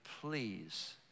please